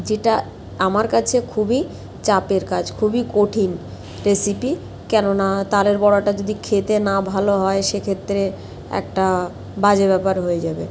যেটা আমার কাছে খুবই চাপের কাজ খুবই কঠিন রেসিপি কেননা তালের বড়াটা যদি খেতে না ভালো হয় সে ক্ষেত্রে একটা বাজে ব্যাপার হয়ে যাবে